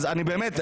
באמת,